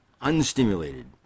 unstimulated